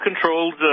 controlled